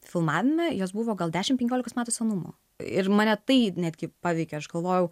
filmavime jos buvo gal dešim penkiolikos metų senumo ir mane tai netgi paveikė aš galvojau